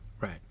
Right